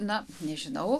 na nežinau